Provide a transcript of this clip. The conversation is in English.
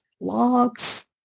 logs